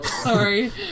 Sorry